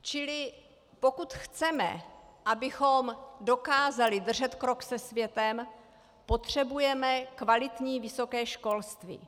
Čili pokud chceme, abychom dokázali držet krok se světem, potřebujeme kvalitní vysoké školství.